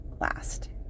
last